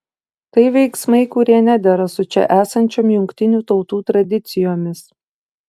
tai veiksmai kurie nedera su čia esančiom jungtinių tautų tradicijomis